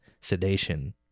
sedation